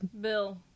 Bill